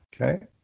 Okay